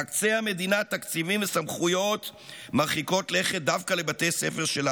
תקצה המדינה תקציבים וסמכויות מרחיקות לכת דווקא לבתי ספר של העשירים.